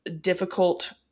difficult